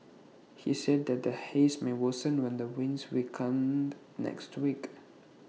he said that the haze may worsen when the winds weaken next week